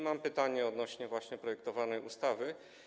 Mam pytanie dotyczące właśnie projektowanej ustawy.